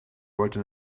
wollte